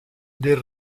del